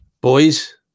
boys